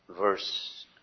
verse